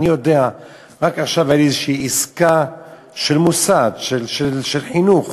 אני יודע רק עכשיו על איזו עסקה של מוסד חינוך,